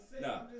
No